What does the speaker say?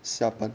下班